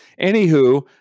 Anywho